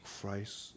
Christ